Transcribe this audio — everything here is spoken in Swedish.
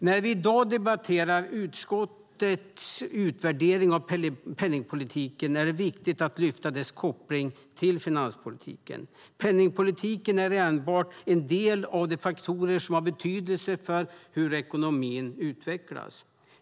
När vi i dag debatterar utskottets utvärdering av penningpolitiken är det viktigt att lyfta dess koppling till finanspolitiken. Penningpolitiken är enbart en del av de faktorer som har betydelse för hur ekonomin utvecklas.